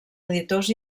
editors